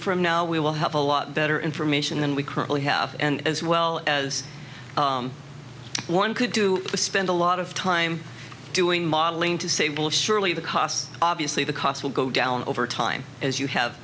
from now we will have a lot better information than we currently have and as well as one could do spend a lot of time doing modeling to say will surely the costs obviously the costs will go down over time as you have